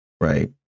Right